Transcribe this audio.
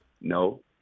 no